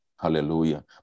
Hallelujah